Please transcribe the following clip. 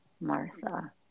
Martha